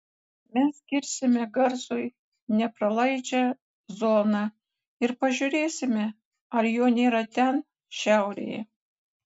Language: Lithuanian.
mes kirsime garsui nepralaidžią zoną ir pažiūrėsime ar jo nėra ten šiaurėje